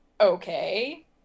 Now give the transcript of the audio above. okay